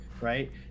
right